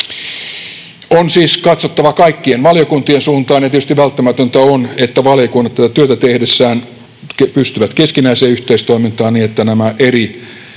On siis katsottava kaikkien valiokuntien suuntaan, ja tietysti välttämätöntä on, että valiokunnat tätä työtä tehdessään pystyvät keskinäiseen yhteistoimintaan niin, että nämä